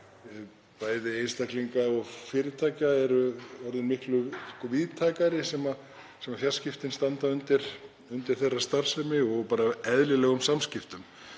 bæði einstaklinga og fyrirtækja, séu orðin miklu víðtækari. Fjarskiptin standa undir starfsemi þeirra og bara eðlilegum samskiptum.